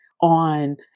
on